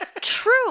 True